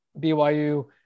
BYU